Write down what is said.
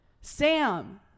Sam